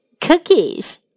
cookies